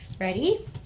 Ready